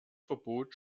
verbot